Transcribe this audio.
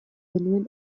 genuen